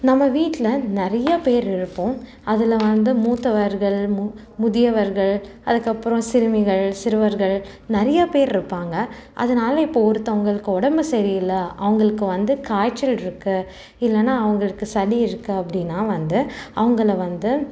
நம்ம வீட்டில் நிறைய பேர் இருப்போம் அதில் வந்து மூத்தவர்கள் முதியவர்கள் அதுக்கப்பறம் சிறுமிகள் சிறுவர்கள் நிறைய பேர் இருப்பாங்க அதனால இப்போது ஒருத்தங்களுக்கு உடம்பு சரி இல்லை அவங்களுக்கு வந்து காய்ச்சல் இருக்கு இல்லைன்னா அவங்களுக்கு சளி இருக்கு அப்படின்னா வந்து அவங்கள வந்து